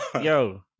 yo